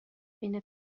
بین